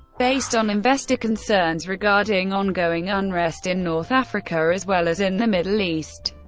based on investor concerns regarding ongoing unrest in north africa as well as in the middle east.